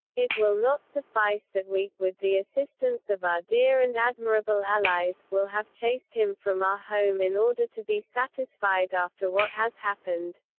it will not suffice that we, with the assistance of our dear and admirable allies, will have chased him from our home in order to be satisfied after what has happened.